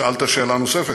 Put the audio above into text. שאלת שאלה נוספת.